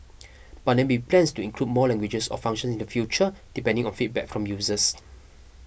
but there may be plans to include more languages or functions in the future depending on feedback from users